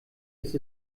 ist